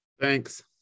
Thanks